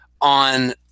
on